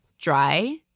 dry